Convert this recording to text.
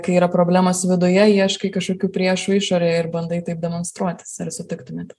kai yra problemos viduje ieškai kažkokių priešų išorėje ir bandai taip demonstruotis ar sutiktumėte